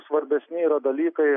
svarbesni dalykai